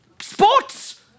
sports